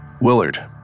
Willard